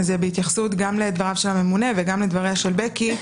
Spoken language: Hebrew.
בהתייחסות גם לדברי הממונה וגם לדבריה של בקי,